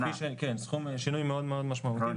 כן, שינוי מאוד מאוד משמעותי.